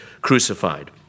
crucified